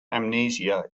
amnesia